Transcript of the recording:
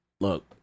look